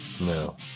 No